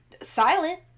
Silent